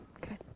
Good